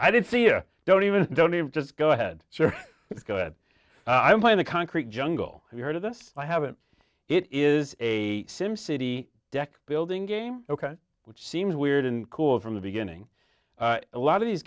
i didn't see you don't even don't even just go ahead sure go ahead i'm playing the concrete jungle i've heard of this i haven't it is a sim city deck building game ok which seems weird and cool from the beginning a lot of these